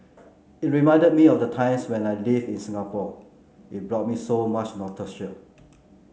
it reminded me of the times where I lived in Singapore it brought me so much